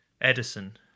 Edison